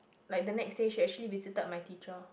like the next day she actually visited my teacher